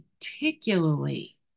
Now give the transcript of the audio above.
particularly